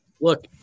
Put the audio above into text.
Look